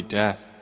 death